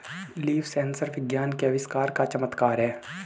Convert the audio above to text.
leaf sensor विज्ञान के आविष्कार का चमत्कार है